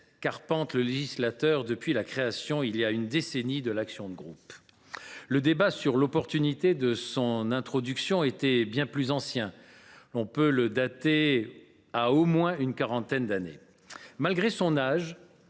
qu’arpente le législateur depuis la création, voilà une décennie, de l’action de groupe. Le débat sur l’opportunité de son introduction est bien plus ancien ; on peut le dater d’il y a au moins quarante ans… Malgré son âge,